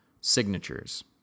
Signatures